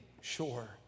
sure